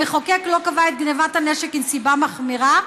המחוקק לא קבע את גנבת הנשק כנסיבה מחמירה,